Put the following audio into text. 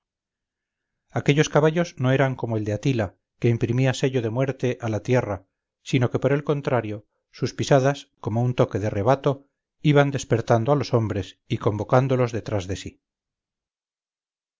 aquellos caballos no eran como el de atila que imprimía sello de muerte a la tierra sino que por el contrario sus pisadas como un toque de rebato iban despertando a los hombres y convocándolos detrás de sí